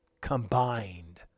combined